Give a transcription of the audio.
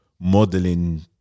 modeling